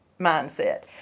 mindset